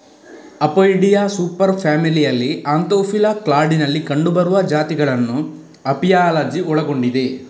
Apoidea super ಫ್ಯಾಮಿಲಿಯಲ್ಲಿ Anthophila ಕ್ಲಾಡಿನಲ್ಲಿ ಕಂಡುಬರುವ ಜಾತಿಗಳನ್ನು ಅಪಿಯಾಲಜಿ ಒಳಗೊಂಡಿದೆ